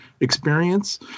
experience